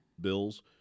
bills